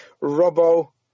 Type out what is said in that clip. Robo